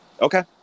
Okay